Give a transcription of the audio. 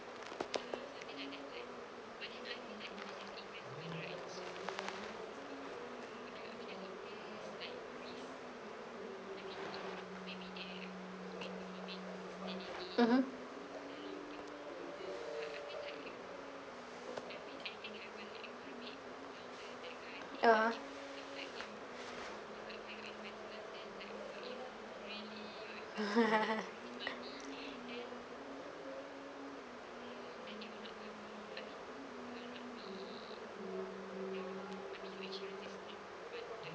mmhmm (uh huh)